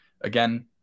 again